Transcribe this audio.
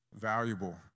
valuable